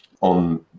on